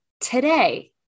today